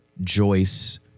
Joyce